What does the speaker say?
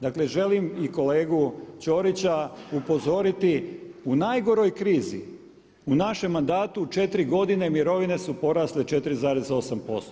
Dakle, želim i kolegu Ćorića upozoriti u najgoroj krizi u našem mandatu četiri godine mirovine su porasle 4,8%